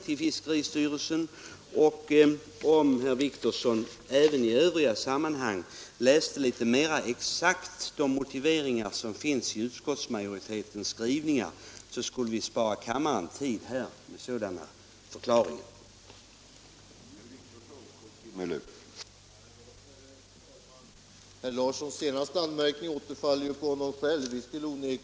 Om herr Wictorsson här och i övriga sammanhang läste de motiveringar som finns i utskottets skrivningar litet mera noggrant skulle vi spara kammarens tid då det gäller sådana förklaringar.